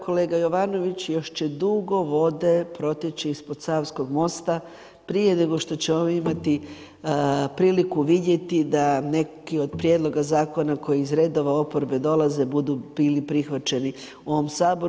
Kolega Jovanović, još će dugo vode proteći ispod Savskog mosta prije nego što ćemo ovdje imati priliku vidjeti da neki od prijedloga zakona koji iz redova oporbe dolaze, budu bili prihvaćeni u Saboru.